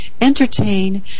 entertain